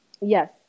yes